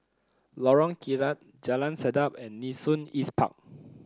Lorong Kilat Jalan Sedap and Nee Soon East Park